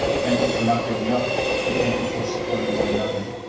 thank you for not giving up and thank you for supporting one another.